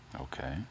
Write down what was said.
Okay